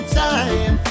time